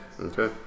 Okay